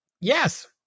Yes